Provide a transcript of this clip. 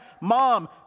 mom